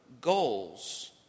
goals